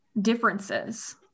differences